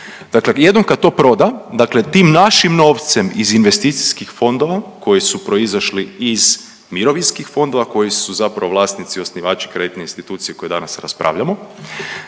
dakle jednom kad to proda, dakle tim našim novcem iz investicijskih fondova koji su proizašli iz mirovinskih fondova koji su zapravo vlasnici osnivači kreditne institucije koje danas raspravljamo